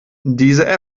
diese